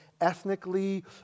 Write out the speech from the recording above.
ethnically